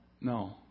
no